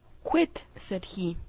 quit, said he,